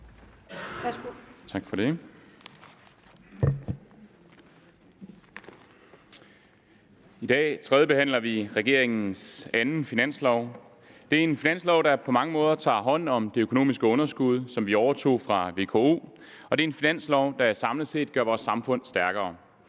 I dag tredjebehandler vi regeringens anden finanslov. Det er en finanslov, der på mange måder tager hånd om det økonomiske underskud, som vi overtog fra VKO, og det er en finanslov, der samlet set gør vores samfund stærkere.